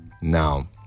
Now